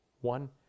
One